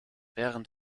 während